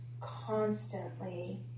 constantly